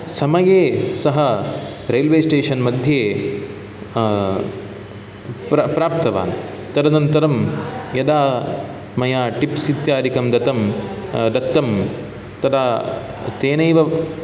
समये सः रैल्वेस्टेशन् मध्ये प्र प्राप्तवान् तदनन्तरं यदा मया टिप्स् इत्यादिकं दत्तं दत्तं तदा तेनैव